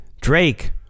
Drake